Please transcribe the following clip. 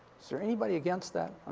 is there anybody against that?